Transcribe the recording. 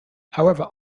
however